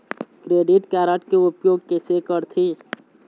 Credit card के उपयोग कैसे करथे?